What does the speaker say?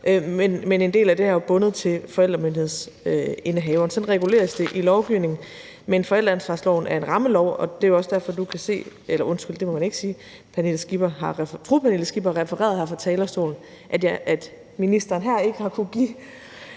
men en del af det her er jo bundet til forældremyndighedsindehaveren. Sådan reguleres det i lovgivningen, men forældreansvarsloven er en rammelov, og det er jo også derfor, du kan se, eller undskyld, det må man ikke sige, at fru Pernille Skipper her fra talerstolen har refereret, at ministeren her ikke har kunnet give